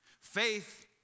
Faith